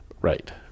Right